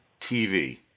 TV